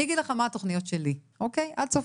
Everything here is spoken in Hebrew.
אני אגיד לך מה התוכניות שלי: עד סוף